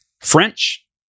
French